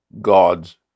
God's